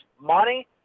money